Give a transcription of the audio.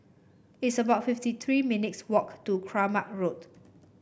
it's about fifty three minutes walk to Kramat Road